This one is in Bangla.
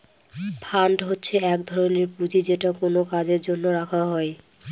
ফান্ড হচ্ছে এক ধরনের পুঁজি যেটা কোনো কাজের জন্য রাখা হয়